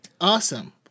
Awesome